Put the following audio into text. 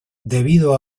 debido